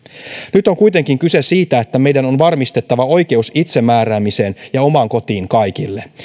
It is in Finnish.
nyt on kuitenkin kyse siitä että meidän on varmistettava oikeus itsemääräämiseen ja omaan kotiin kaikille